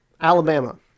Alabama